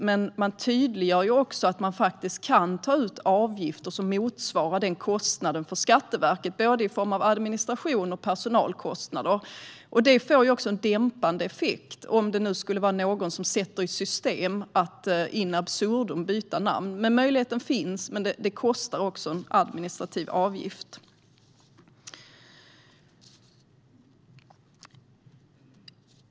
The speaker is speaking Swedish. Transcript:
Men det tydliggörs också att avgifter kan tas ut som motsvarar Skatteverkets kostnader för administration och personal. Det får också en dämpande effekt om någon skulle sätta i system att in absurdum byta namn. Möjligheten finns, men det kostar i form av en administrativ avgift.